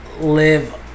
live